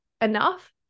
enough